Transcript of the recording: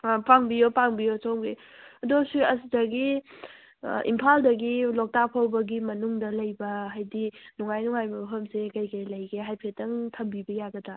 ꯑꯥ ꯄꯥꯡꯕꯤꯌꯣ ꯄꯥꯡꯕꯤꯌꯣ ꯁꯣꯝꯒꯤ ꯑꯗꯣ ꯁꯤ ꯑꯁꯤꯗꯒꯤ ꯏꯝꯐꯥꯜꯗꯒꯤ ꯂꯣꯛꯇꯥꯛ ꯐꯥꯎꯕꯒꯤ ꯃꯅꯨꯡꯗ ꯂꯩꯕ ꯍꯥꯏꯗꯤ ꯅꯨꯡꯉꯥꯏ ꯅꯨꯡꯉꯥꯏꯕ ꯃꯐꯝꯁꯦ ꯀꯩꯀꯩ ꯂꯩꯒꯦ ꯍꯥꯏꯐꯦꯠꯇꯪ ꯊꯝꯕꯤꯕ ꯌꯥꯒꯗ꯭ꯔꯥ